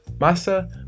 Massa